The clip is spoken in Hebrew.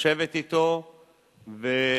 לשבת אתו ולנסות